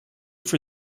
for